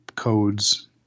codes